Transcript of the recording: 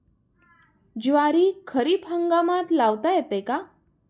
ज्वारी खरीप हंगामात लावता येते का?